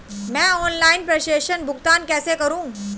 मैं ऑनलाइन प्रेषण भुगतान कैसे करूँ?